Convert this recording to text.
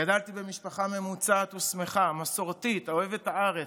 גדלתי במשפחה ממוצעת ושמחה, מסורתית, אוהבת הארץ,